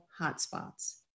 hotspots